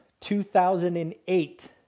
2008